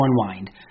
unwind